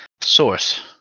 source